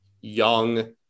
young